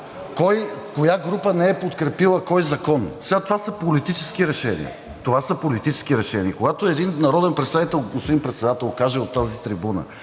коя група не е подкрепила кой закон, сега това са политически решения. Когато един народен представител, господин Председател, каже от тази трибуна